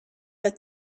but